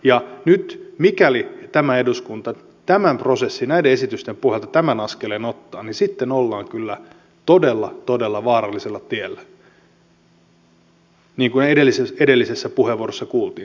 ja nyt mikäli tämä eduskunta tämän prosessin ja näiden esitysten pohjalta tämän askeleen ottaa niin sitten ollaan kyllä todella todella vaarallisella tiellä niin kuin edellisessä puheenvuorossa kuultiin